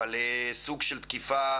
אבל סוג של תקיפה